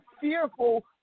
fearful